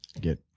get